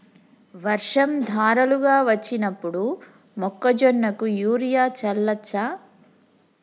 వర్షం ధారలుగా వచ్చినప్పుడు మొక్కజొన్న కు యూరియా చల్లచ్చా?